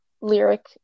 lyric